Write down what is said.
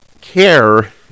care